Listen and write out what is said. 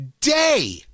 day